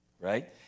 right